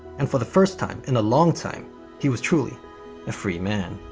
and for the first time in a long time he was truly a free man.